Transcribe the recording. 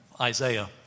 Isaiah